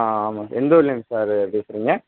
ஆ ஆமாம் எந்த ஊர்லிருந்து சார் பேசுகிறீங்க